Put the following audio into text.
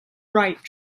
write